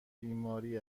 بیماری